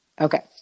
Okay